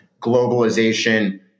globalization